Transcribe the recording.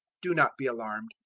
do not be alarmed,